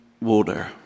water